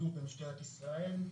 במשטרת ישראל.